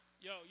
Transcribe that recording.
Yo